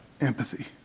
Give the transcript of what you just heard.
empathy